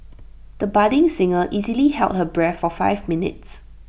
the budding singer easily held her breath for five minutes